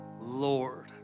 Lord